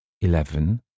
Eleven